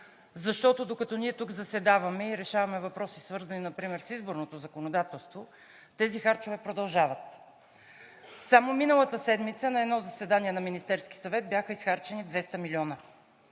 защото, докато ние тук заседаваме и решаваме въпроси, свързани например с изборното законодателство, тези харчове продължават. Само миналата седмица на едно заседание на Министерския съвет бяха изхарчени 200 милиона.